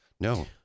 No